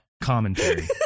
Commentary